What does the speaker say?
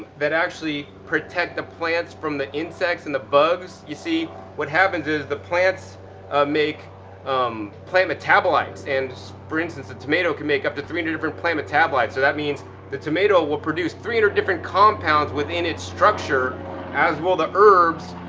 that actually protect the plants from the insects and the bugs. you see what happens is the plants make um plant metabolites, and for instance the tomato can make up to three hundred and different plant metabolites, so that means the tomato will produce three hundred different compounds within it's structure as will the herbs,